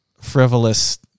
frivolous